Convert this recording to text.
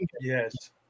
Yes